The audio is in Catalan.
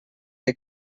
que